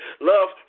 love